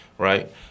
right